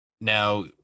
now